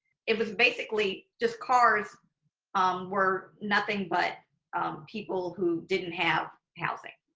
it was basically just cars were nothing but people who didn't have housing.